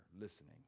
listening